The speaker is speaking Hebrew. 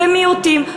במיעוטים?